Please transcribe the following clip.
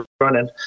running